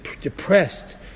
depressed